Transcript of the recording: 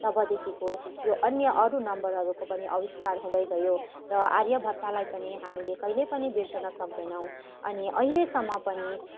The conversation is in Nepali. तबदेखिको यो अन्य अरू नम्बरहरूको पनि आविष्कार हुँदै गयो र आर्यभट्टलाई पनि हामी कहिले पनि बिर्सनु सक्दैनौँ अनि अहिलेसम्म पनि